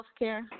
healthcare